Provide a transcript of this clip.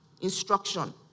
instruction